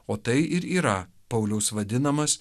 o tai ir yra pauliaus vadinamas